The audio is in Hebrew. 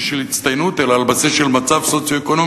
של הצטיינות אלא על בסיס של מצב סוציו-אקונומי,